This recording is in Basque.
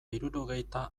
hirurogeita